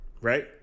right